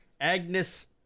Agnes